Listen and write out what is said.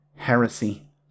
Heresy